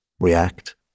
react